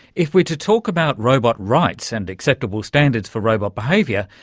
if we're to talk about robot rights and acceptable standards for robot behaviour,